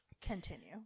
continue